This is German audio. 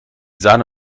sahne